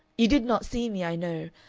you did not see me, i know.